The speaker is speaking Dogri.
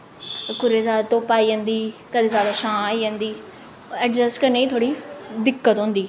कुदै जादा धुप्प आई जंदी कदें जादा छां आई जंदी अडजस्ट करने च थोह्ड़ी दिक्कत होंदी